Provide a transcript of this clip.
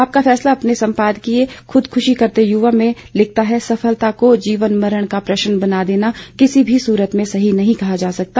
आपका फैसला अपने सम्पादकीय खुदकुशी करते युवा में लिखा है कि सफलता को जीवन मरण का प्रश्न बना देना किसी भी सूरत में सही नहीं कहा जा सकता